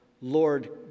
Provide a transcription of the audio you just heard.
Lord